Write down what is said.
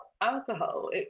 alcohol